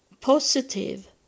positive